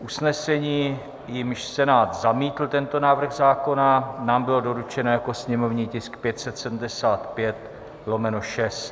Usnesení, jímž Senát zamítl tento návrh zákona, nám bylo doručeno jako sněmovní tisk 575/6.